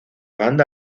banda